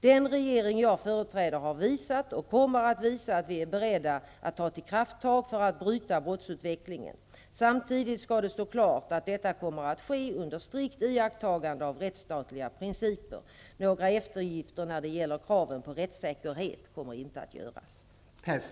Den regering jag företräder har visat och kommer att visa att vi är beredda att ta till krafttag för att bryta brottsutvecklingen. Samtidigt skall det stå klart att detta kommer att ske under ett strikt iakttagande av rättstatliga principer. Några eftergifter när det gäller kraven på rättsäkerhet kommer inte att göras.